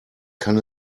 kann